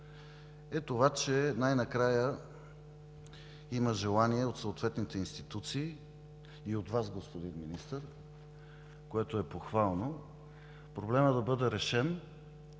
е това, че най-накрая има желание от съответните институции и от Вас, господин Министър, което е похвално, проблемът да бъде решен